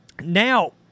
now